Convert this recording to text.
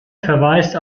verweist